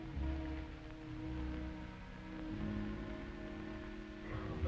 um